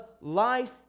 life